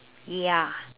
ya